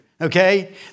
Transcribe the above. Okay